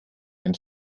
ein